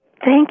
Thank